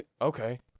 okay